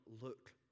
look